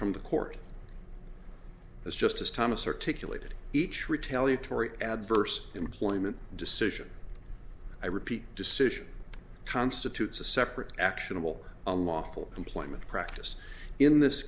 from the court this justice thomas articulated each retaliatory adverse employment decision i repeat decision constitutes a separate actionable unlawful employment practice in this